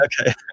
Okay